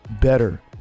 better